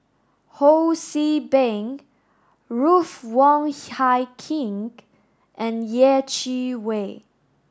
Ho See Beng Ruth Wong Hie King and Yeh Chi Wei